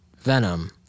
Venom